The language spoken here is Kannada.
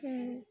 ಹ್ಞೂ